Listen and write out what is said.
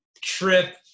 trip